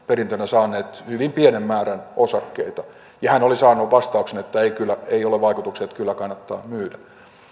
nämä perintönä saadut osakkeet hyvin pienen määrän ja hän oli saanut vastauksen että ei ole vaikutuksia että kyllä kannattaa myydä